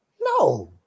No